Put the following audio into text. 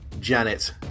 Janet